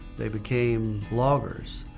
they became loggers.